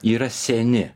yra seni